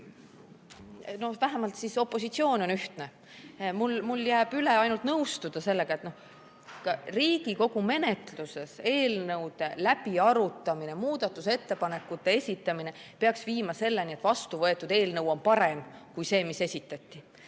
Noh, vähemalt opositsioon on ühtne. Mul jääb üle ainult nõustuda sellega, et Riigikogu menetluses eelnõude läbiarutamine, muudatusettepanekute esitamine peaks viima selleni, et vastuvõetud eelnõu on parem kui see, mis esitati.